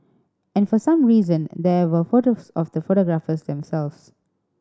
and for some reason there were photos of the photographers themselves